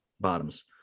bottoms